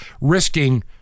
risking